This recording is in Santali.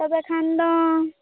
ᱛᱚᱵᱮᱠᱷᱟᱱ ᱫᱚ